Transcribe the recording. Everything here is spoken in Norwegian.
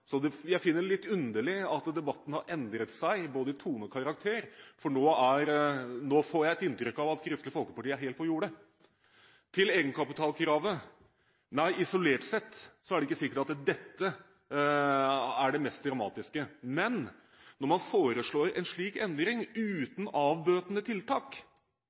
Så jeg finner det litt underlig at debatten har endret seg, både i tone og karakter, for nå får jeg et inntrykk av at Kristelig Folkeparti er helt på jordet. Til egenkapitalkravet: Nei, isolert sett er det ikke sikkert at dette er det mest dramatiske, men når man foreslår en slik endring uten avbøtende tiltak,